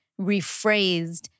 rephrased